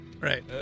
Right